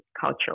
culture